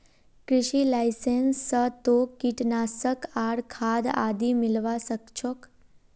कृषि लाइसेंस स तोक कीटनाशक आर खाद आदि मिलवा सख छोक